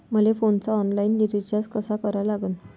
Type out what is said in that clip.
मले फोनचा online recharge कसा करा लागन?